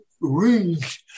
rings